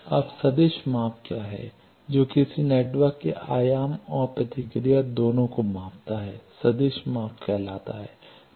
अब सदिश माप क्या है जो किसी नेटवर्क के आयाम और प्रतिक्रिया दोनों को मापता है सदिश माप कहलाता है